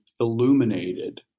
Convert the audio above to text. illuminated